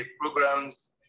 programs